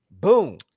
Boom